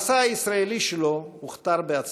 המסע הישראלי שלו הוכתר בהצלחה.